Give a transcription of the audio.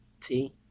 See